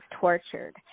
tortured